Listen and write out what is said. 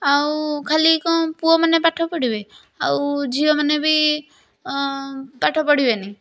ଆଉ ଖାଲି କ'ଣ ପୁଅମାନେ ପାଠ ପଢ଼ିବେ ଆଉ ଝିଅ ମାନେ ବି ପାଠ ପଢ଼ିବେନି